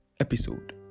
episode